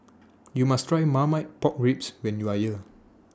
YOU must Try Marmite Pork Ribs when YOU Are here